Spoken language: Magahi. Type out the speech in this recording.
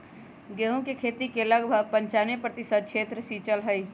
गेहूं के खेती के लगभग पंचानवे प्रतिशत क्षेत्र सींचल हई